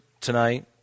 tonight